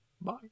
bye